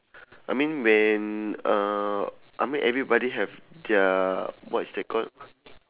I mean when uh I mean everybody have their what is that call